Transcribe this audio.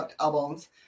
albums